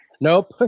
Nope